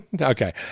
Okay